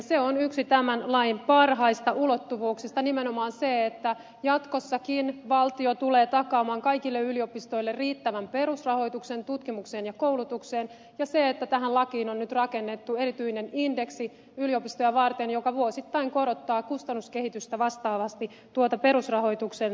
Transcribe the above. se on yksi tämän lain parhaista ulottuvuuksista nimenomaan se että jatkossakin valtio tulee takaamaan kaikille yliopistoille riittävän perusrahoituksen tutkimukseen ja koulutukseen ja se että tähän lakiin on nyt rakennettu erityinen indeksi yliopistoja varten joka vuosittain korottaa kustannuskehitystä vastaavasti tuota perusrahoituksen määrää